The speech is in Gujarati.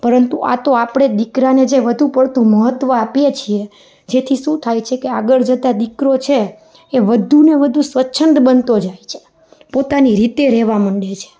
પરંતુ આતો આપણે દીકરાને જે વધુ પડતું મહત્વ આપીએ છીએ જેથી શું થાય છે કે આગળ જતાં દીકરો છે એ વધુને વધુ સ્વછંદી બનતો જાય છે પોતાની રીતે રહેવા માંડે છે